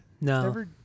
No